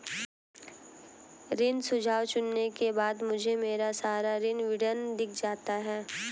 ऋण सुझाव चुनने के बाद मुझे मेरा सारा ऋण विवरण दिख जाता है